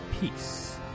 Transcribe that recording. peace